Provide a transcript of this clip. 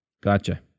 Gotcha